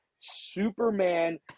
superman